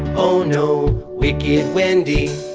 oh no, wicked wendy.